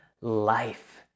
life